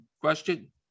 question